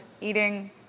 eating